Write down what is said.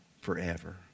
forever